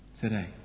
today